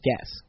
guess